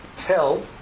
tell